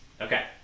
Okay